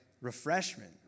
refreshment